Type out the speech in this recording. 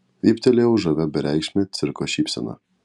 vyptelėjau žavia bereikšme cirko šypsena